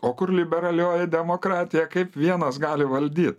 o kur liberalioji demokratija kaip vienas gali valdyt